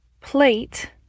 plate